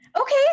Okay